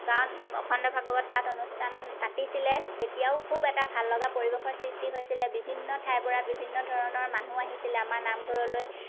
গাঁৱত অখণ্ড ভাগৱত পাঠ অনুষ্ঠান পাতিছিলে তেতিয়াও খুব এটা ভাল লগা পৰিৱেশৰ সৃষ্টি হৈছিলে বিভিন্ন ঠাইৰ পৰা বিভিন্ন ধৰণৰ মানুহ আহিছিলে আমাৰ নামঘৰলৈ